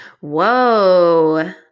Whoa